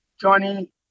Johnny